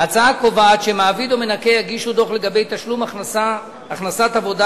ההצעה קובעת שמעביד או מנכה יגישו דוח לגבי תשלום הכנסת עבודה